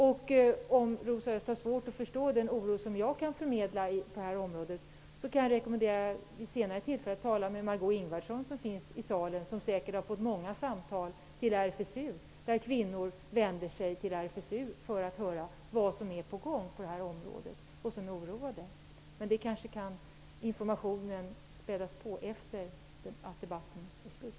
Om Rosa Östh har svårt att förstå den oro som jag känner på detta området, kan jag rekommendera henne att vid senare tillfälle tala med Margó Ingvardsson, som finns här i salen och som säkerligen har fått många samtal till RFSU från kvinnor som är oroade och vill höra vad som är på gång på detta område. Den informationen kan kanske ges efter det att denna debatt är slut.